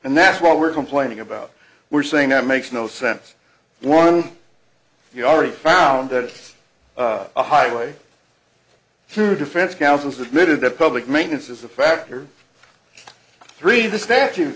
and that's what we're complaining about we're saying that makes no sense one you already found that a highway through defense counsel submitted a public maintenance as a factor three the statu